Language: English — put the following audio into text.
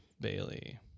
Bailey